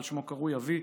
על שמו קרוי אבי,